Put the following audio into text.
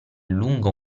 lungo